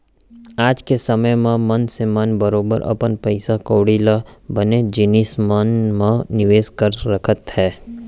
आज के समे म मनसे मन बरोबर अपन पइसा कौड़ी ल बनेच जिनिस मन म निवेस करके रखत हें